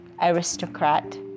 aristocrat